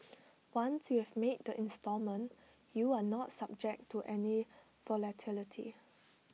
once you have made the instalment you are not subject to any volatility